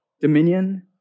dominion